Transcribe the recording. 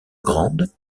grandes